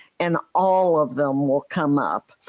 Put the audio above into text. and all of them will come up.